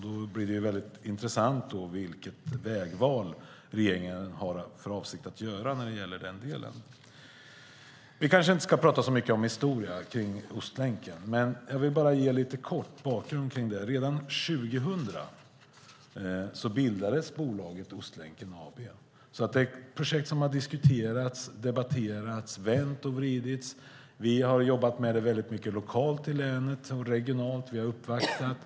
Då blir det intressant att se vilket vägval regeringen har för avsikt att göra när det gäller denna del. Vi kanske inte ska tala så mycket om historia kring Ostlänken, men jag vill bara lite kort ge en bakgrund. Redan 2000 bildades bolaget Ostlänken AB. Det är ett projekt som har diskuterats, debatterats och vänts och vridits på. Vi har jobbat med det mycket lokalt och regionalt i länet.